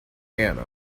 anna